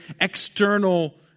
external